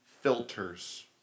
filters